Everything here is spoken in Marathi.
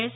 एस